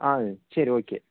ஆ சரி ஓகே